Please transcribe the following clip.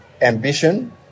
ambition